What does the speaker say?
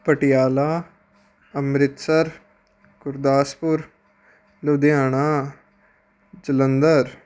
Patiala Amritsar Gurdaspur Ludhiana Jalandhar